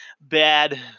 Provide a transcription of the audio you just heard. bad